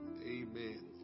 Amen